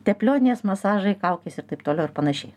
teplionės masažai kaukės ir taip toliau ir panašiai